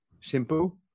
simple